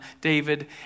David